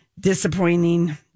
disappointing